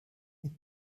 mit